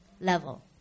level